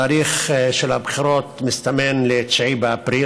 התאריך של הבחירות מסתמן ל-9 באפריל,